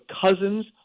cousins